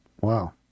Wow